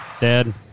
dad